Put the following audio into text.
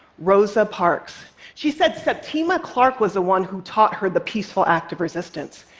rosa parks. she said septima clark was the one who taught her the peaceful act of resistance.